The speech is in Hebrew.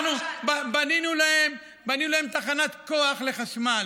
אנחנו בנינו להם תחנת כוח לחשמל.